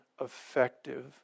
effective